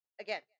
Again